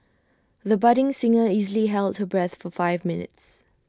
the budding singer easily held her breath for five minutes